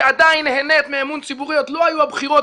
שעדיין נהנית מאמון ציבורי עוד לא היו בחירות,